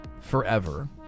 Forever